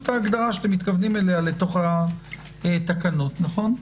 את ההגדרה שאתם מתכוונים אליה לתקנות נכון?